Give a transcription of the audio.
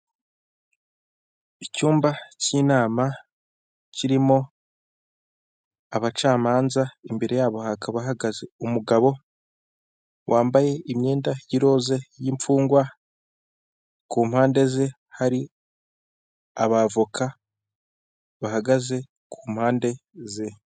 Icyumba cy'inama kirimo abacamanza, imbere yabo hakaba hahagaze umugabo wambaye imyenda y'iroza y'imfungwa, ku mpande ze hari ab'avoka bahagaze ku mpande ze.